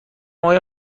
آیا